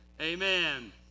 amen